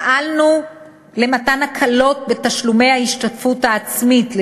פעלנו למתן הקלות בתשלומי ההשתתפות העצמית,